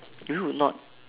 you would not